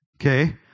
okay